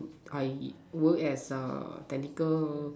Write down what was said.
I work as err technical